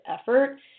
effort